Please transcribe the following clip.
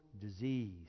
disease